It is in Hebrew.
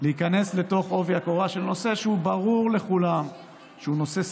להיכנס בעובי הקורה של נושא שברור לכולם שהוא נושא סבוך,